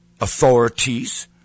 authorities